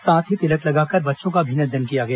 साथ ही तिलक लगाकर बच्चों का अभिनंदन किया गया